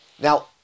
Now